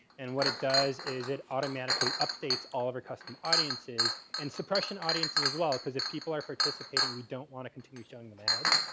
and what it does is it automatically updates all of our custom audiences and suppression audiences as well. because if people are participating we don't want to continue showing them ads.